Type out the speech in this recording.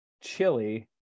chili